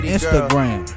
Instagram